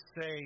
say